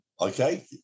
okay